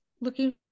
looking